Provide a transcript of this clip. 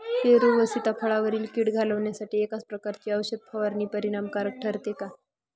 पेरू व सीताफळावरील कीड घालवण्यासाठी एकाच प्रकारची औषध फवारणी परिणामकारक ठरते का?